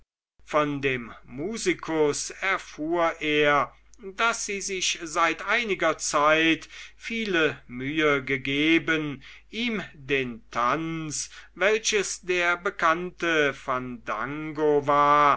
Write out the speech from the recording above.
von dem musikus erfuhr er daß sie sich seit einiger zeit viele mühe gegeben ihm den tanz welches der bekannte fandango war